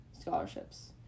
scholarships